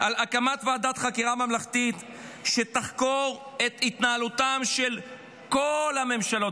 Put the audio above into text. על הקמת ועדת חקירה ממלכתית שתחקור את התנהלותן של כל הממשלות,